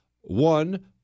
one